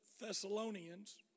Thessalonians